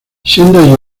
siendo